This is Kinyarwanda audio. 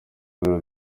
biro